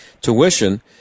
tuition